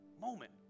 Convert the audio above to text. moment